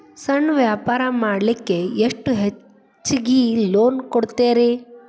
ಸಣ್ಣ ವ್ಯಾಪಾರ ಮಾಡ್ಲಿಕ್ಕೆ ಎಷ್ಟು ಹೆಚ್ಚಿಗಿ ಲೋನ್ ಕೊಡುತ್ತೇರಿ?